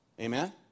Amen